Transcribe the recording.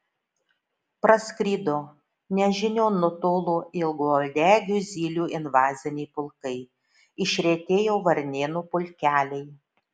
praskrido nežinion nutolo ilgauodegių zylių invaziniai pulkai išretėjo varnėnų pulkeliai